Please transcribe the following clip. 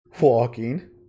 walking